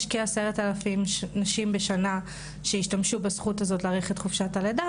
יש כ-10,000 נשים בשנה שהשתמשו בזכות הזאת להאריך את חופשת הלידה,